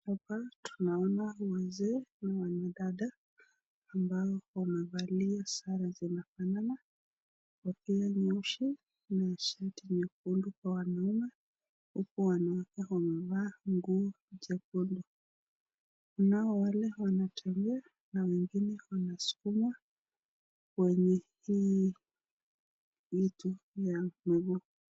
Hapa tunaona wazee na wanadada ambao wamevalia sare zinafanana. Kofia nyeusi na shati nyekundu kwa wanaume huku wanawake wamevaa nguo jekundu. Kuna wale wanatembea na wengine wanasukumwa kwenye hii vitu ya miguu.